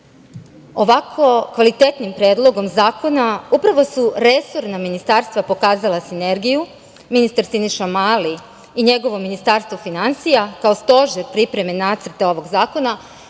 kvalitetnim Predlogom zakona upravo su resorna ministarstva pokazala sinergiju, ministar Siniša Mali i njegovo Ministarstvo finansija kao stožer pripreme Nacrta ovog zakona,